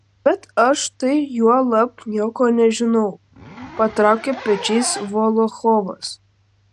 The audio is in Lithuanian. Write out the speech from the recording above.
bet aš tai juolab nieko nežinau patraukė pečiais volochovas